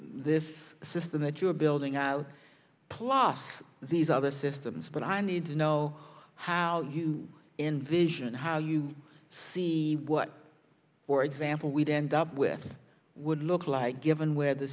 this system that you're building out plus these other systems but i need to know how you envision how you see what for example we did end up with would look like given where the